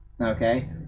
okay